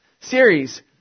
series